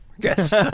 Guess